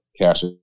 cash